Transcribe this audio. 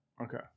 Okay